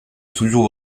toujours